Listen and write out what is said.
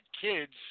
kids